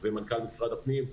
ומנכ"ל משרד הפנים.